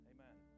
Amen